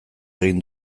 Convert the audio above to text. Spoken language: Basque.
egin